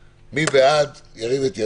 מי בעד, ירים את ידו.